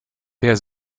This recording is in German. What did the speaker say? der